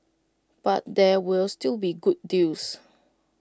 but there will still be good deals